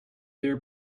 there